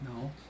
No